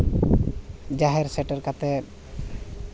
ᱡᱟᱦᱮᱨ ᱥᱮᱴᱮᱨ ᱠᱟᱛᱮᱫ